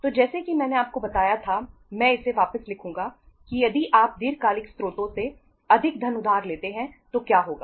तो जैसा कि मैंने आपको बताया था मैं इसे वापस लिखूंगा कि यदि आप दीर्घकालिक स्रोतों से अधिक धन उधार लेते हैं तो क्या होगा